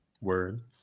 Word